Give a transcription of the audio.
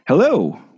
Hello